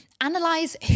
Analyze